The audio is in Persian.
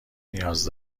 نیاز